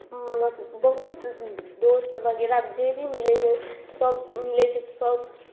बहुत दोस्त वगैरह जे भी मिलै छै सभ मिलै छै तऽ सभ